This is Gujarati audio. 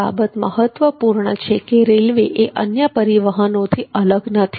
એ બાબત મહત્વપૂર્ણ છે કે રેલવે એ અન્ય પરિવહનનોથી અલગ નથી